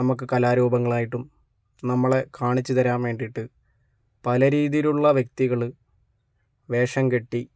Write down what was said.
നമുക്ക് കലാരൂപങ്ങളായിട്ടും നമ്മളെ കാണിച്ച് തരാൻ വേണ്ടിയിട്ട് പല രീതീലുള്ള വ്യക്തികള് വേഷം കെട്ടി